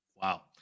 Wow